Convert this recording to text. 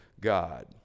God